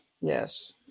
Yes